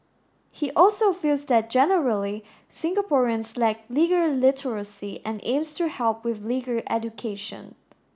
he also feels that generally Singaporeans lack legal literacy and aims to help with legal education